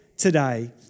today